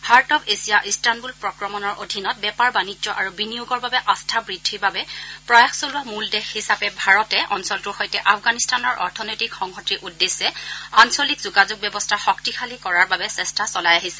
heart of Asia Istanbul প্ৰক্ৰমণৰ অধীনত বেপাৰ বাণিজ্য আৰু বিনিয়োগৰ বাবে আস্থা বৃদ্ধিৰ বাবে প্ৰয়াস চলোৱা মূল দেশ হিচাপে ভাৰতে অঞ্চলটোৰ সৈতে আফগানিস্তানৰ অৰ্থনৈতিক সংহতিৰ উদ্দেশ্যে আঞ্চলিক যোগাযোগ ব্যৱস্থা শক্তিশালী কৰাৰ বাবে চেষ্টা চলাই আহিছে